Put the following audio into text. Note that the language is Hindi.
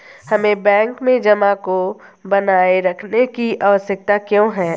हमें बैंक में जमा को बनाए रखने की आवश्यकता क्यों है?